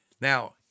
Now